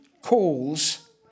calls